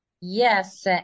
Yes